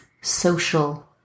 social